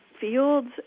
fields